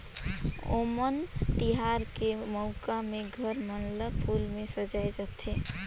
ओनम तिहार के मउका में घर मन ल फूल में सजाए जाथे